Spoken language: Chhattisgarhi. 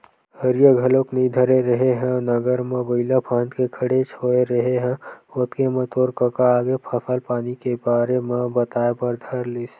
हरिया घलोक नइ धरे रेहे हँव नांगर म बइला फांद के खड़ेच होय रेहे हँव ओतके म तोर कका आगे फसल पानी के बारे म बताए बर धर लिस